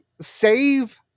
save